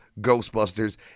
Ghostbusters